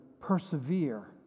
persevere